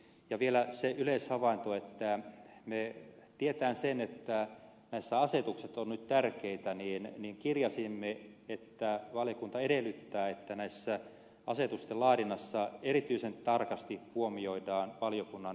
ja vielä se yleishavainto että tietäen sen että näissä asetukset ovat nyt tärkeitä kirjasimme että valiokunta edellyttää että asetuksen laadinnassa erityisen tarkasti huomioidaan valiokunnan perustelut